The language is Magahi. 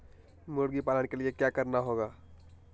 मुर्गी पालन के लिए क्या करना होगा?